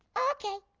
okay.